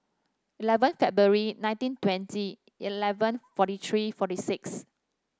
eleven February nineteen twenty eleven forty three forty six